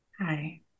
Hi